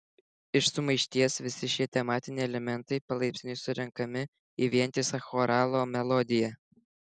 iš sumaišties visi šie tematiniai elementai palaipsniui surenkami į vientisą choralo melodiją